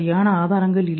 சரியான ஆதாரங்கள் இல்லை